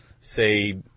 Say